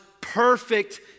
perfect